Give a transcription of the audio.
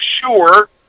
sure